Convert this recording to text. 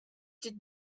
did